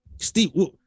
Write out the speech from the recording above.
Steve